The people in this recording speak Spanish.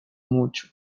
mucho